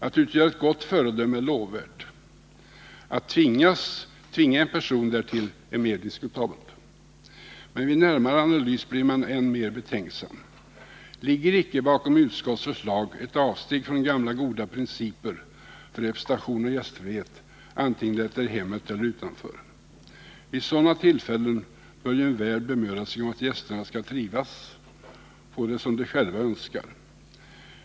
Att utgöra ett gott föredöme är lovvärt. Att tvinga en person därtill är mer diskutabelt. Men vid närmare analys blir man än mer betänksam. Ligger icke bakom utskottets förslag ett avsteg från gamla goda principer för representation och gästfrihet vare sig det är i hemmet eller utanför? Vid sådana tillfällen bör ju en värd bemöda sig om att gästerna skall trivas och få det som de själva önskar.